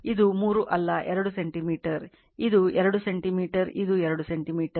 ಇದು 3 ಅಲ್ಲ 2 ಸೆಂಟಿಮೀಟರ್ ಇದು 2 ಸೆಂಟಿಮೀಟರ್ ಇದು 2 ಸೆಂಟಿಮೀಟರ್